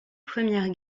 première